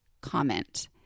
comment